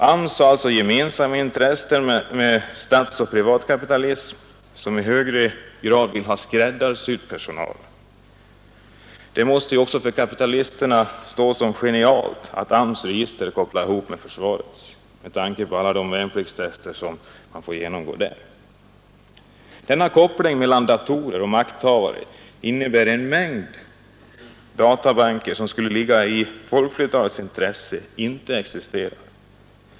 AMS har gemensamma intressen med statsoch privatkapitalismen som i högre grad vill ha skräddarsydd personal. Det måste också för kapitalisterna stå som genialt att AMS register kopplas ihop med försvarets — med tanke på alla de tester som man får genomgå i värnplikten. Denna koppling mellan datorerna och makthavarna innebär att en mängd databanker som skulle ligga i folkflertalets intresse inte existerar.